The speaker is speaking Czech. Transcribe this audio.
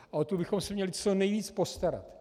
A o tu bychom se měli co nejvíc postarat.